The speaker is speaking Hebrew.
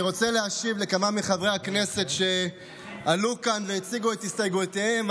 אני רוצה להשיב לכמה מחברי הכנסת שעלו כאן והציגו את הסתייגויותיהם.